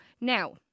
now